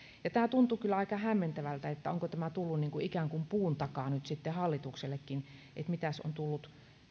tämä tuntui kyllä aika hämmentävältä onko tämä tullut ikään kuin puun takaa nyt sitten hallituksellekin että mitäs on tullut